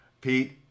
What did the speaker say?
Pete